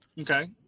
Okay